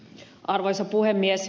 arvoisa puhemies